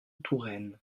touraine